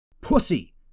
Pussy